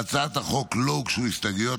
להצעת החוק לא הוגשו הסתייגויות,